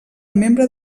membre